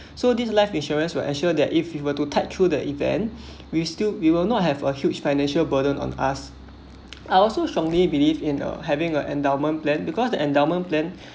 so this life insurance will ensure that if you were to tide through the event we still we will not have a huge financial burden on us I also strongly believe in uh having a endowment plan because the endowment plan